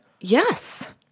Yes